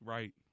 Right